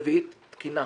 הנושא הרביעי הוא תקינה.